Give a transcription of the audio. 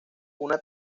una